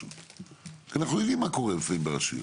כי אנחנו יודעים מה קורה לפעמים ברשויות,